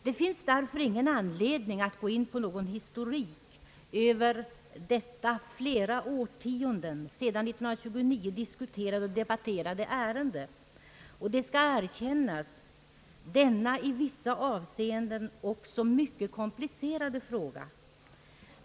Det finns därför ingen anledning att gå in på någon historik över detta under flera årtionden, sedan år 1929, diskuterade och debatterade ärende som — det skall erkännas — i vissa avseenden är en mycket komplicerad fråga.